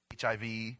HIV